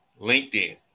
LinkedIn